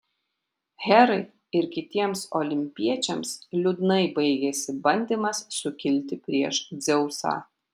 herai ir kitiems olimpiečiams liūdnai baigėsi bandymas sukilti prieš dzeusą